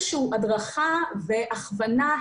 איזה שהיא הדרכה והכוונה,